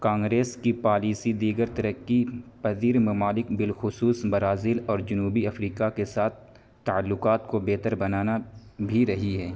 کانگریس کی پالیسی دیگر ترقی پذیر ممالک بالخصوص برازیل اور جنوبی افریقہ کے ساتھ تعلقات کو بہتر بنانا بھی رہی ہے